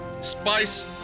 spice